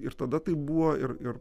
ir tada taip buvo ir ir